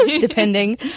depending